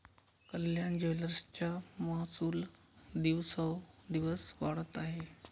कल्याण ज्वेलर्सचा महसूल दिवसोंदिवस वाढत आहे